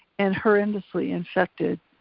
and horrendously infected